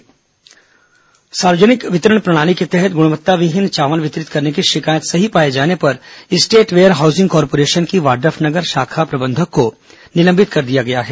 निलंबन कार्रवाई सार्वजनिक वितरण प्रणाली के तहत गुणवत्ताविहीन चावल वितरित करने की शिकायत सही पाए जाने पर स्टेट वेयर हाउसिंग कार्पोरेशन की वाइफनगर के शाखा प्रबंधक को निलंबित कर दिया गया है